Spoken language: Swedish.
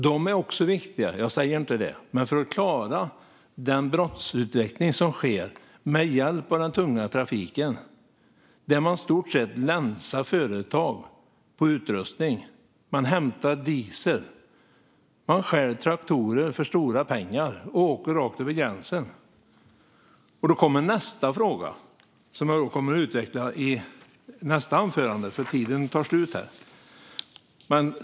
De är också viktiga - jag säger ingenting annat - men mer behövs för att klara den brottsutveckling som sker med hjälp av den tunga trafiken och som innebär att man i stort sett länsar företag på utrustning, hämtar diesel, stjäl traktorer för stora pengar och åker rakt över gränsen. Sedan kommer nästa fråga, som jag kommer att utveckla i nästa anförande, för talartiden tar slut nu.